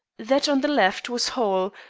that on the left was whole,